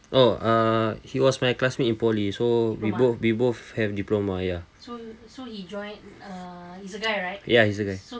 oh uh he was my classmate in poly so we both we both have diploma ya he's a guy